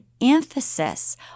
emphasis